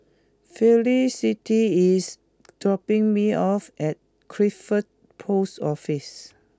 Felicity is dropping me off at Crawford Post Office